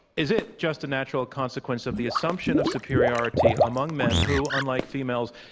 is it just a natural consequence of the assumption of superiority among men who, unlike females,